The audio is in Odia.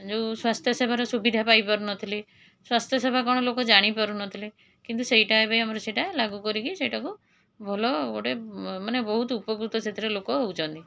ଯେଉଁ ସ୍ୱାସ୍ଥ୍ୟ ସେବାର ସୁବିଧା ପାଇପାରୁନଥିଲେ ସ୍ୱାସ୍ଥ୍ୟ ସେବା କ'ଣ ଲୋକ ଜାଣିପାରୁନଥିଲେ କିନ୍ତୁ ସେଇଟା ଏବେ ଆମର ସେଇଟା ଲାଗୁ କରିକି ସେଇଟାକୁ ଭଲ ଗୋଟେ ମାନେ ବହୁତ ଉପକୃତ ସେଥିରେ ଲୋକ ହେଉଛନ୍ତି